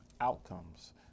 outcomes